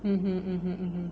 mmhmm mmhmm mmhmm